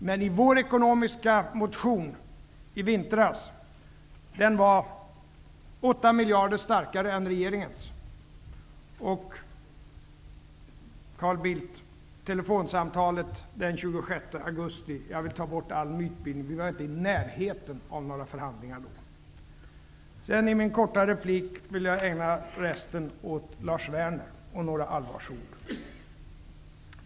Men i vår ekonomiska motion i vintras presenterade vi en budget som var 8 miljarder starkare än regeringens. Vid telefonsamtalet den 26 augusti -- jag vill få bort all mytbildning -- var vi, Carl Bildt, inte i närheten av några förhandlingar. Under resten av min korta replik vill jag ägna Lars Werner några allvarsord.